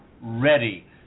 ready